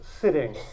sitting